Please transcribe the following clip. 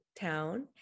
town